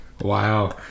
Wow